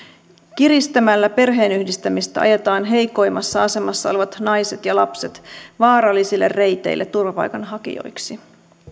kiristämällä perheenyhdistämistä ajetaan heikoimmassa asemassa olevat naiset ja lapset vaarallisille reiteille turvapaikanhakijoiksi